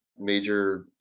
major